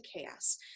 chaos